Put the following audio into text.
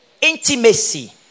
intimacy